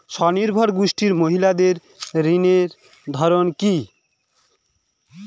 স্বনির্ভর গোষ্ঠীর মহিলাদের ঋণের ধরন কি?